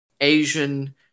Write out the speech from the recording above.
Asian